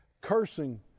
Cursing